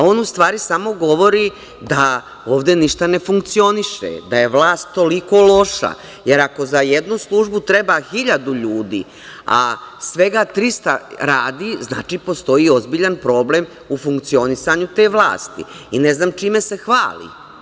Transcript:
Ovo nam, u stvari, samo govori da ovde ništa ne funkcioniše, da je vlast toliko loša, jer ako za jednu službu treba 1.000 ljudi, a svega 300 radi, znači postoji ozbiljan problem u funkcionisanju te vlasti i ne znam čime se hvali.